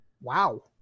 Wow